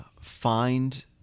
find